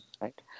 right